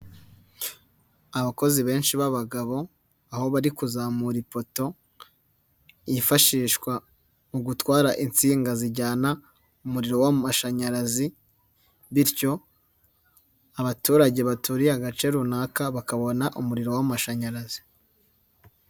Abakozi benshi b'abagabo aho bari kuzamura ipoto yifashishwa mu gutwara insinga zijyana umuriro w'amashanyarazi, bityo abaturage baturiye agace runaka bakabona umuriro w'amashanyarazi.